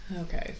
Okay